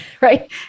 Right